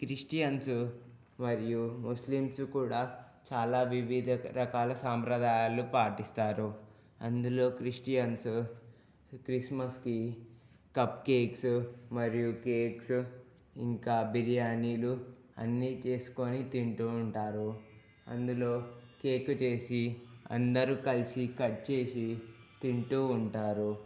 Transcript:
Christians మరియు Muslims కూడా చాలా వివిధ రకాల సాంప్రదాయాలు పాటిస్తారు అందులో క్రిస్టియన్స్ క్రిస్మస్కి కప్ కేక్స్ మరియు కేక్స్ ఇంకా బిర్యానీలు అన్నీ చేసుకొని తింటూ ఉంటారు అందులో కేకు చేసి అందరూ కలిసి కట్ చేసి తింటూ ఉంటారు